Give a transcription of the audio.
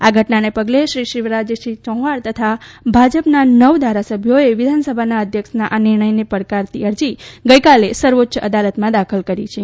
આ ઘટનાના પગલે શ્રી શિવરાજસિંહ ચૌહાણ તથા ભાજપના નવ ધારાસભ્યોએ વિધાનસભાના અધ્યક્ષના આ નિર્ણયને પડકારતી અરજી ગઈકાલે સર્વોચ્ય અદાલતમાં દાખલ કરી છે